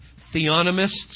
Theonomists